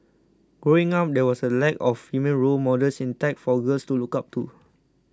growing up there was a lack of female role models in tech for girls to look up to